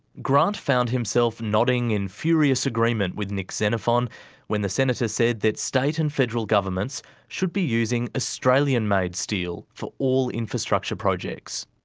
grant found himself nodding in furious agreement with nick xenophon when the senator said that state and federal governments should be using australian made steel for all infrastructure projects.